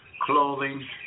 clothing